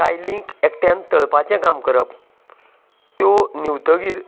कायलींक एकट्यान तळपाचें काम करप त्यो न्हिवतगीर